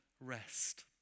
rest